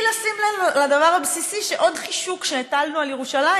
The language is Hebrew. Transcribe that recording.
לשים לדבר הבסיסי: שעוד חישוק שהטלנו על ירושלים,